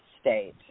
state